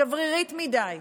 שברירית מדי.